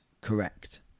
correct